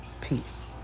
Peace